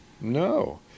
No